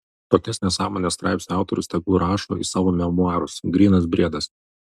tokias nesąmones straipsnio autorius tegul rašo į savo memuarus grynas briedas